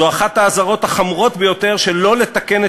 זו אחת האזהרות החמורות ביותר שלא לתקן את